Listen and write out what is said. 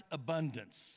abundance